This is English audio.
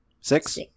Six